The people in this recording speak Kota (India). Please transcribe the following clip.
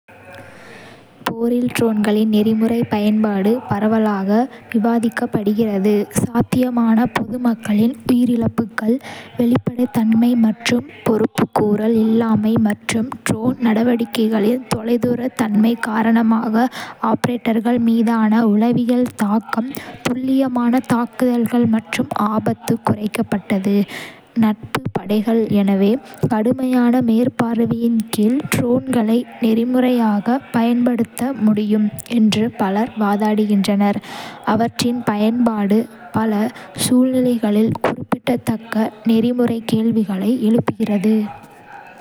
போரில் ட்ரோன்களின் நெறிமுறை பயன்பாடு பரவலாக விவாதிக்கப்படுகிறது, சாத்தியமான பொதுமக்களின் உயிரிழப்புகள், வெளிப்படைத்தன்மை மற்றும் பொறுப்புக்கூறல் இல்லாமை மற்றும் ட்ரோன் நடவடிக்கைகளின் தொலைதூர தன்மை காரணமாக ஆபரேட்டர்கள் மீதான உளவியல் தாக்கம், துல்லியமான தாக்குதல்கள் மற்றும் ஆபத்து குறைக்கப்பட்டது. நட்பு படைகள் எனவே, கடுமையான மேற்பார்வையின் கீழ் ட்ரோன்களை நெறிமுறையாகப் பயன்படுத்த முடியும் என்று பலர் வாதிடுகின்றனர், அவற்றின் பயன்பாடு பல சூழ்நிலைகளில் குறிப்பிடத்தக்க நெறிமுறை கேள்விகளை எழுப்புகிறது.